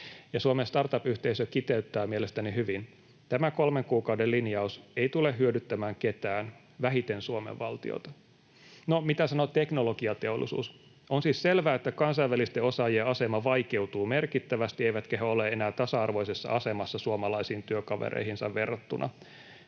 Suomen startup-yhteisö kiteyttää mielestäni hyvin: ”Tämä kolmen kuukauden linjaus ei tule hyödyttämään ketään, vähiten Suomen valtiota.” No, mitä sanoo Teknologiateollisuus: ”On siis selvää, että kansainvälisten osaajien asema vaikeutuu merkittävästi, eivätkä he ole enää tasa-arvoisessa asemassa suomalaisiin työkavereihinsa verrattuna.